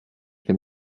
them